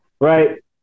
right